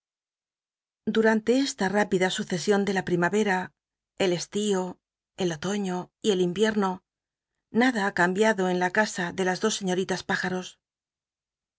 durante esta rtipida sncesion de la primaycra el estío el otoño y el inyierno nada ha ambiado en casa de las dos seiíolitas p ijaos